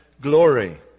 glory